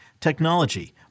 technology